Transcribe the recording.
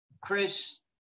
Chris